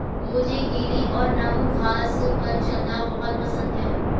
मुझे गीली और नम घास पर चलना बहुत पसंद है